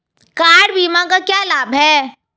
Car बीमा का क्या लाभ है?